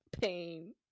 pain